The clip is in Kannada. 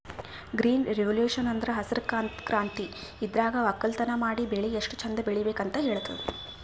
ಗ್ರೀನ್ ರೆವೊಲ್ಯೂಷನ್ ಅಂದ್ರ ಹಸ್ರ್ ಕ್ರಾಂತಿ ಇದ್ರಾಗ್ ವಕ್ಕಲತನ್ ಮಾಡಿ ಬೆಳಿ ಎಷ್ಟ್ ಚಂದ್ ಬೆಳಿಬೇಕ್ ಅಂತ್ ಹೇಳ್ತದ್